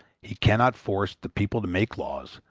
he cannot force the people to make laws,